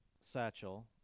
Satchel